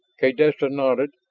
kaydessa nodded,